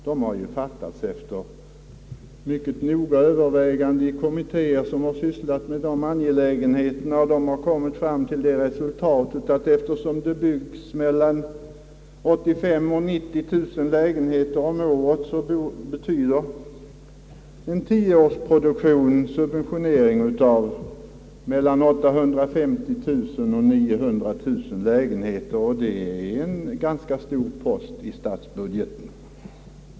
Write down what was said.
Besluten har fattats efter mycket noggranna överväganden i kommittéer som sysslat med dessa angelägenheter och därvid funnit att subventioner till mellan 850 000 och 900 000 lägenheter under en tioårsperiod, när det byggs 85 000 å 90 000 lägenheter om året, är en ganska stor post i statsbudgeten.